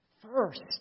first